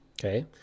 okay